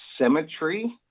Symmetry